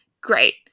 great